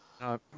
No